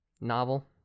novel